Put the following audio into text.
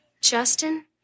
Justin